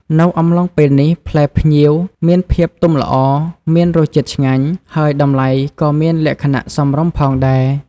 នៅអំឡុងពេលនេះ ផ្លែផ្ញៀវមានភាពទុំល្អ មានរសជាតិឆ្ងាញ់ ហើយតម្លៃក៏មានលក្ខណៈសមរម្យផងដែរ។